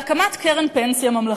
להקמת קרן פנסיה ממלכתית.